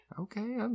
Okay